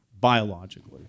biologically